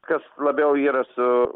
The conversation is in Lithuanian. kas labiau yra su